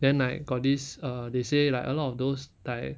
then like got this uh they say like a lot of those like